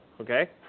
okay